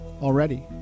already